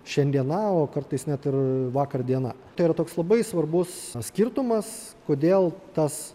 šiandiena o kartais net ir vakar diena tai yra toks labai svarbus skirtumas kodėl tas